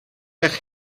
eich